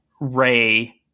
Ray